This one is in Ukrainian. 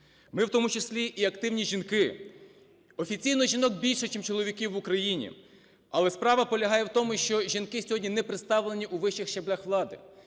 Ми в тому числі і активні жінки. Офіційно жінок більше чим чоловіків в Україні, але справа полягає в тому, що жінки сьогодні не представлені у вищих щаблях влади.